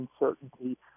uncertainty